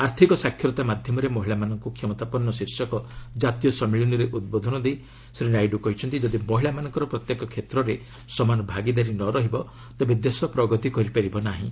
ଆର୍ଥିକ ସାକ୍ଷରତା ମାଧ୍ୟମରେ ମହିଳାମାନଙ୍କୁ କ୍ଷମତାପନ୍ନ ଶୀର୍ଷକ ଜାତୀୟ ସମ୍ମିଳନୀରେ ଉଦ୍ବୋଧନ ଦେଇ ଶ୍ରୀ ନାଇଡୁ କହିଛନ୍ତି ଯଦି ମହିଳାମାନଙ୍କର ପ୍ରତ୍ୟେକ କ୍ଷେତ୍ରରେ ସମାନ ଭାଗିଦାରି ନ ରହିବ ତେବେ ଦେଶ ପ୍ରଗତି କରିପାରିବ ନାହିଁ